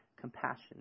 compassion